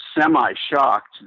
semi-shocked